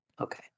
Okay